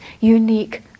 unique